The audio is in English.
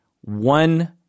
one